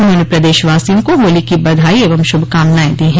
उन्होंने प्रदेशवासियों को होली की बधाई एवं शुभकामनाएं दी हैं